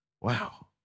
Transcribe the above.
Wow